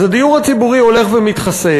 אז הדיור הציבורי הולך ומתחסל,